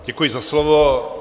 Děkuji za slovo.